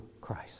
Christ